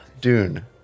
Dune